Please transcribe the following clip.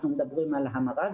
אנחנו מדברים על המרה.